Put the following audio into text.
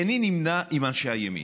איני נמנה עם אנשי הימין,